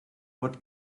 what